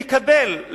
תקבל,